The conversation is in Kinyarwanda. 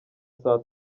saa